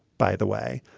by the way.